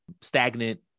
Stagnant